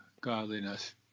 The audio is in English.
godliness